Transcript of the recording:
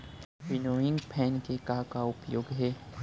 Winnowing fan के का का उपयोग हे?